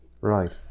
Right